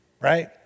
right